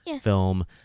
film